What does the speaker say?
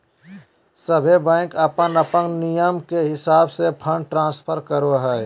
सभे बैंक अपन अपन नियम के हिसाब से फंड ट्रांस्फर करो हय